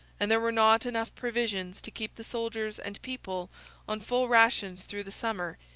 and there were not enough provisions to keep the soldiers and people on full rations through the summer,